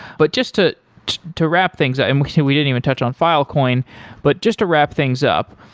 but just to to wrap things ah and we didn't we didn't even touch on filecoin, but just to wrap things up,